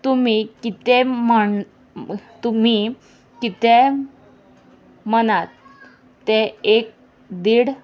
तुमी कितें म्हण तुमी कितें मनात ते एक देड